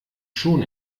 schon